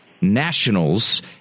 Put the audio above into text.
nationals